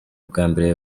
ubwambere